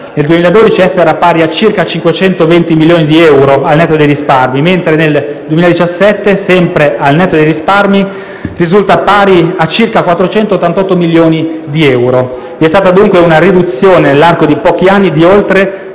Nel 2012 essa era pari a circa 520 milioni di euro al netto dei risparmi, mentre nel 2017, sempre al netto dei risparmi, risulta pari a circa 488 milioni di euro. Vi è stata, dunque, una riduzione, nell'arco di pochi anni, di oltre